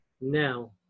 Now